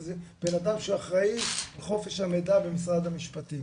זה אדם שאחראי על חופש המידע במשרד המשפטים.